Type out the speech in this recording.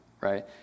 right